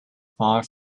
far